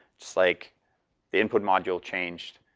just like the input module changed,